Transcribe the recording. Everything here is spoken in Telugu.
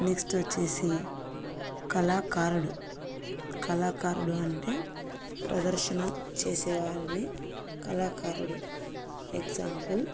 నెక్స్ట్ వచ్చేసి కళాకారుడు కళాకారుడు అంటే ప్రదర్శన చేసే వారిని కళాకారుడు ఎగ్జాంపుల్